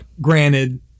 granted